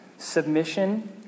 Submission